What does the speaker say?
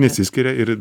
nesiskiria ir